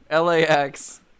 LAX